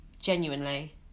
genuinely